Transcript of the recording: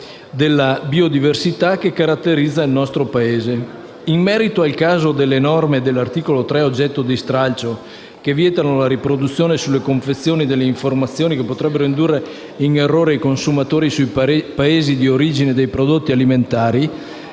della biodiversità che caratterizza il nostro Paese. In merito al caso delle norme dell'articolo 3, oggetto di stralcio, che vietano la riproduzione sulle confezioni delle informazioni che potrebbero indurre in errore i consumatori sui Paesi di origine dei prodotti alimentari